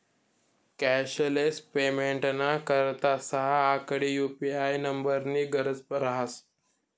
cashless पेमेंटना करता सहा आकडी यु.पी.आय नम्बरनी गरज रहास